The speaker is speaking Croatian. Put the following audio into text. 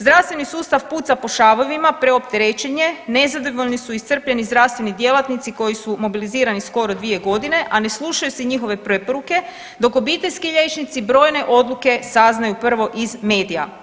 Zdravstveni sustav puca po šavovima, preopterećen je, nezadovoljni su i iscrpljeni zdravstveni djelatnici koji su mobilizirani skoro 2.g., a ne slušaju se njihove preporuke, dok obiteljski liječnici brojne odluke saznaju prvo iz medija.